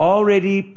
already